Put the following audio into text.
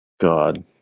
God